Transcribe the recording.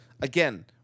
again